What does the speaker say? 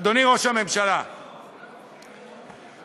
אדוני ראש הממשלה, אתה,